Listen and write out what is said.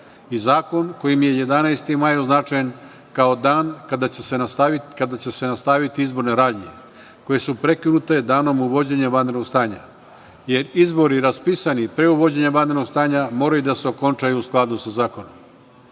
i zakon kojim je 11. maj označen kao dan kada će se nastaviti izborne radnje koje su prekinute danom uvođenjem vanrednog stanja, jer izbori raspisani pre uvođenja vanrednog stanja moraju da se okončaju u skladu sa zakonom. Ovoga